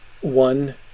One